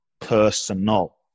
personal